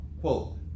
Quote